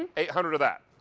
and eight hundred of that.